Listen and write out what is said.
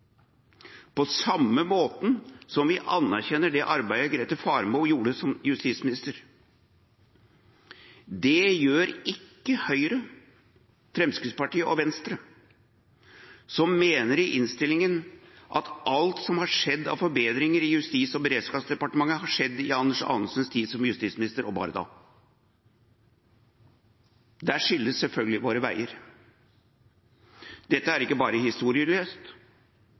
på samme måte som vi anerkjenner det arbeidet Grete Faremo gjorde som justisminister. Det gjør ikke Høyre, Fremskrittspartiet og Venstre, som i innstillingen mener at alt som har skjedd av forbedringer i Justis- og beredskapsdepartementet, har skjedd i Anders Anundsens tid som justisminister – og bare da. Der skilles selvfølgelig våre veier. Dette er ikke bare historieløst,